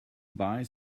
buy